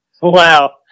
Wow